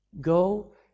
go